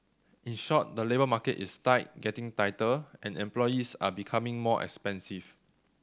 in short the labour market is tight getting tighter and employees are becoming more expensive